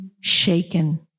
shaken